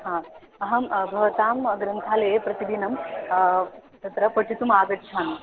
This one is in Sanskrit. हा अहं भवतां ग्रन्थालये प्रतिदिनं तत्र पठितुमागच्छामि